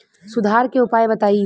सुधार के उपाय बताई?